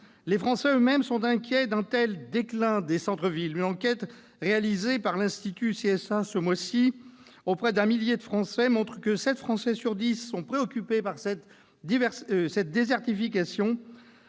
Les Français eux-mêmes sont inquiets d'un tel déclin des centres-villes. Une enquête réalisée par l'institut CSA ce mois-ci auprès d'un millier de Français montre que sept Français sur dix sont préoccupés par cette désertification.